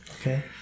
Okay